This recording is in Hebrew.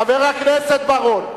חבר הכנסת בר-און,